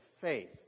faith